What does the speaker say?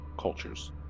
cultures